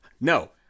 No